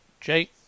Jay